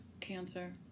Cancer